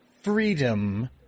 freedom